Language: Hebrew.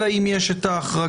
אלא אם יש את ההחרגה.